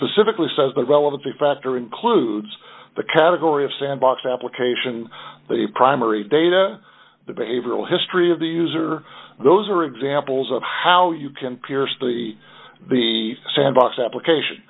specifically says the relevant factor includes the category of sandbox application a primary data the behavioral history of the user those are examples of how you can pierce the the sandbox application